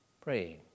praying